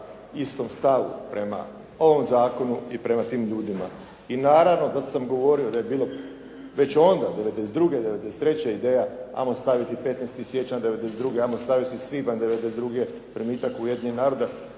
istom stavu prema ovom zakonu i prema tim ljudima. I naravno zato sam govorio da je bilo već onda '92.,'93. ideja 'ajmo staviti 15. siječanj '92., 'ajmo staviti svibanj '92. primitak u Ujedinjene narode.